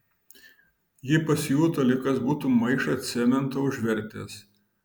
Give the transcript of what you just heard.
ji pasijuto lyg kas būtų maišą cemento užvertęs